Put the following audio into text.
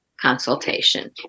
consultation